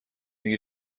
دیگه